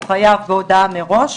הוא חייב בהודעה מראש.